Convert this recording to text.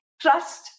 trust